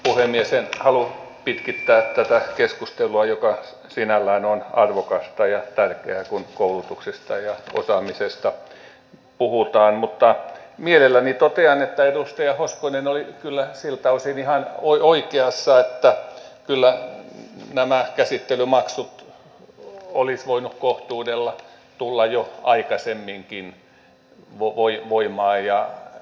en halua pitkittää tätä keskustelua joka sinällään on arvokasta ja tärkeää kun koulutuksesta ja osaamisesta puhutaan mutta mielelläni totean että edustaja hoskonen oli kyllä siltä osin ihan oikeassa että kyllä nämä käsittelymaksut olisivat voineet kohtuudella tulla jo aikaisemminkin voimaan ja käyttöön